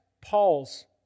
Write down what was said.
Paul's